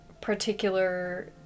particular